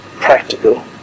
practical